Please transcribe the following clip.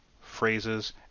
phrases